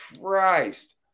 christ